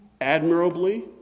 Admirably